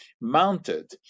mounted